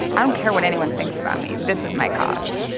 i don't care what anyone thinks about me. this is my cause.